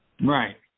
Right